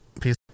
Peace